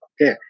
Okay